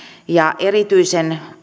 erityisen